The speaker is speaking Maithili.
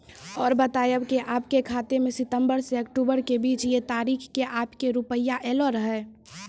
और बतायब के आपके खाते मे सितंबर से अक्टूबर के बीज ये तारीख के आपके के रुपिया येलो रहे?